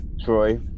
Troy